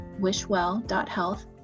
wishwell.health